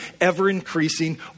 ever-increasing